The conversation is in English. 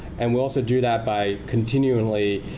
and we also do that by continually,